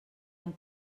amb